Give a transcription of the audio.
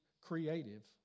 creative